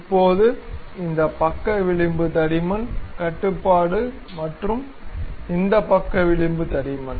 இப்போது இந்த பக்க விளிம்பு தடிமன் கட்டுப்பாடு மற்றும் இந்த பக்க விளிம்பு தடிமன்